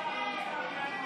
החדש (הוראת שעה) (תיקון מס' 10) (הארכת תוקף והוראות נוספות),